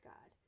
God